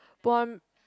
put on